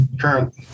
current